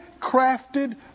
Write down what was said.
crafted